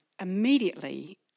Immediately